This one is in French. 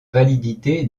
validité